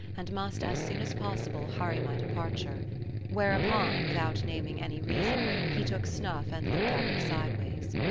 and must as soon as possible hurry my departure whereupon, without naming any reason, he took snuff and looked at me sideways.